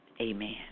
Amen